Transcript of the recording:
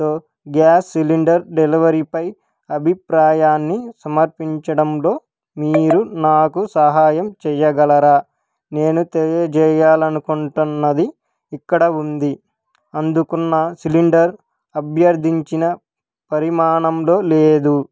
తో gas cylinder డెలవరీపై అభిప్రాయాన్ని సమర్పించడంలో మీరు నాకు సహాయం చెయ్యగలరా నేను తెలియజేయాలి అనుకుంటున్నది ఇక్కడ ఉంది అందుకున్న సిలిండర్ అభ్యర్థించిన పరిమాణంలో లేదు